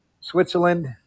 Switzerland